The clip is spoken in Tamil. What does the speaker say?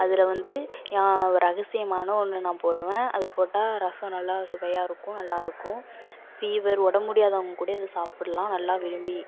அதில் வந்து யான் ரகசியமான ஒன்று நான் போடுவேன் அது போட்டால் ரசம் நல்லா சுவையாக இருக்கும் நல்லாயிருக்கும் ஃபீவர் உடம்பு முடியாதவங்க கூடயும் இதை சாப்பிட்லாம் நல்லா விரும்பி